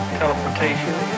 teleportation